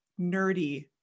nerdy